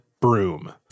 broom